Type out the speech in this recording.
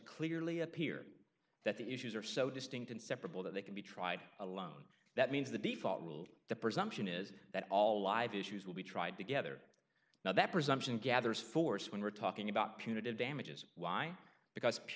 clearly appear that the issues are so distinct inseparable that they can be tried alone that means the default rule the presumption is that all live issues will be tried together now that presumption gathers force when we're talking about punitive damages why because